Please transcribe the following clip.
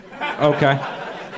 Okay